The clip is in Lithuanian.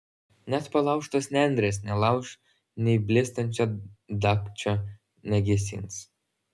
net palaužtos nendrės nelauš nei blėstančio dagčio negesins